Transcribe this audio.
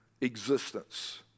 existence